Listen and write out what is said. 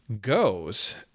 goes